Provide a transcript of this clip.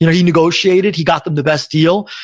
he negotiated, he got them the best deal.